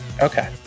okay